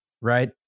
Right